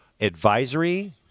advisory